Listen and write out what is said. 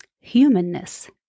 humanness